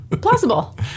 Plausible